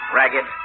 ragged